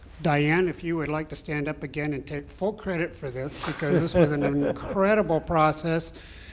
diane, if you would like to stand up again and take full credit for this, because this was an um an incredible process.